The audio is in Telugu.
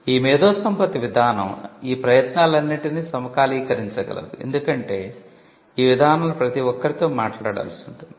ఈ మేధోసంపత్తి విధానం ఈ ప్రయత్నాలన్నింటిని సమకాలీకరించగలదు ఎందుకంటే ఈ విధానంలో ప్రతి ఒక్కరితో మాట్లాడాల్సి ఉంటుంది